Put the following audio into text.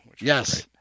Yes